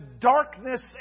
darkness